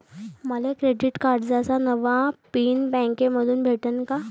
मले क्रेडिट कार्डाचा नवा पिन बँकेमंधून भेटन का?